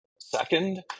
second